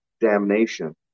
damnation